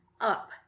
up